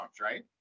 right